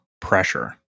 pressure